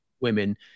women